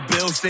Bill